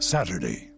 Saturday